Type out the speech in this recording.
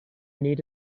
need